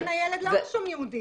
על כן הילד לא רשום כיהודי.